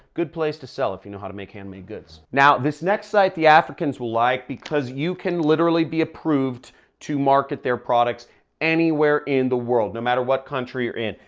good place to sell if you know how to make handmade goods. now, this next site the africans will like because you can literally be approved to market their products anywhere in the world. no matter what country you're in.